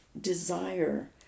desire